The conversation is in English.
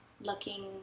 looking